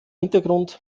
hintergrund